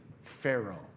Pharaoh